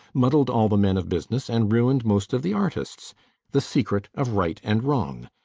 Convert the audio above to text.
muddled all the men of business, and ruined most of the artists the secret of right and wrong.